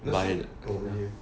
nursing online